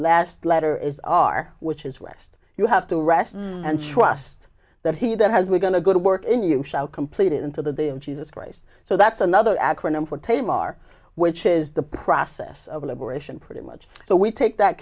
last letter is our which is west you have to rest and trust that he that has we're going to go to work in you shall complete into the day of jesus christ so that's another acronym for tame our which is the process of liberation pretty much so we take that